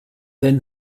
then